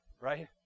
right